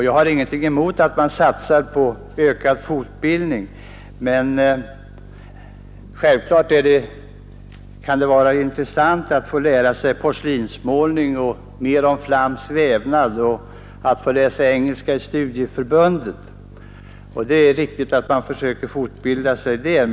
Jag har ingenting emot att man satsar på ökad fortbildning. Självklart kan det vara intressant att få lära sig porslinsmålning och mer om flamsk vävnad och att få läsa engelska på studieförbunden, och det är riktigt att man försöker fortbilda sig där.